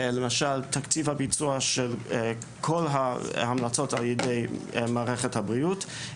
למשל תקציב הביצוע של כל ההמלצות על ידי מערכת הבריאות,